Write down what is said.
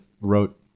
wrote